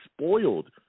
spoiled